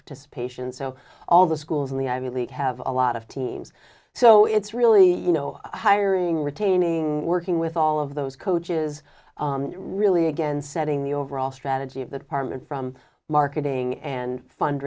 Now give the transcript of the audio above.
participation so all the schools in the ivy league have a lot of teams so it's really you know how irene retaining working with all of those coaches really again setting the overall strategy of the department from marketing and fund